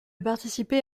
participé